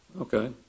Okay